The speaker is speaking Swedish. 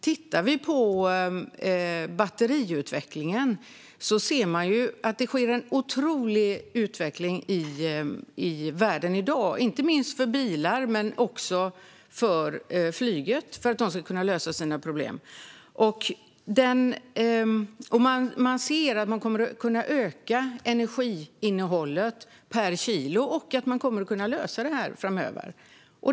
Tittar vi på batteriutvecklingen ser vi att det sker en otrolig utveckling i världen i dag, inte minst för bilar men också för att flyget ska kunna lösa sina problem. Vi ser att man kommer att kunna öka energiinnehållet per kilo och att man kommer att kunna lösa detta framöver.